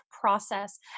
process